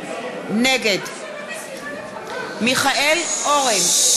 נגד מיכאל אורן,